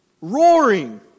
roaring